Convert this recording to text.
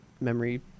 memory